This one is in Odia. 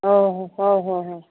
ହଉ ହଉ ହଉ ହଉ